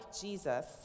Jesus